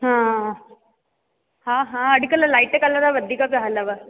हा हा हा अॼुकल्ह लाइट कलर जा वधीक पिया हलनि